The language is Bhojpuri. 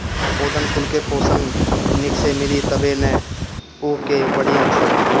पौधन कुल के पोषन निक से मिली तबे नअ उ के बढ़ीयन सन